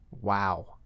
Wow